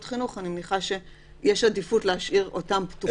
חינוך אני מניחה שיש עדיפות להשאיר אותם פתוחים.